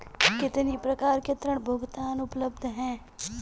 कितनी प्रकार के ऋण भुगतान उपलब्ध हैं?